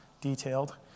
detailed